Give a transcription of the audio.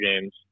games